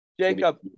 Jacob